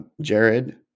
jared